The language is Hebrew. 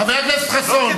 חבר הכנסת חסון,